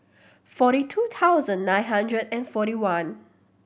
forty two thousand nine hundred and forty one